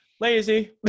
lazy